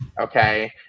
Okay